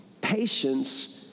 Patience